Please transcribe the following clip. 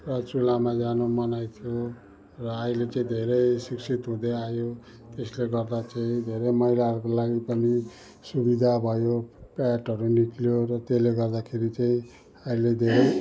र चुलामा जानु मनाही थियो र अहिले चाहिँ धेरै शिक्षित हुँदै आयो त्यसले गर्दा चाहिँ धेरै महिलाहरूको लागि पनि सुविधा भयो प्याडहरू निस्कियो र त्यसले गर्दाखेरि चाहिँ अहिले धेरै